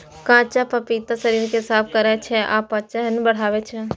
कांच पपीता शरीर कें साफ करै छै आ पाचन बढ़ाबै छै